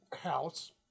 house